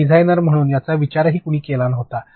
कारण डिझायनर म्हणून याचा विचारही कुणीतरी केला होता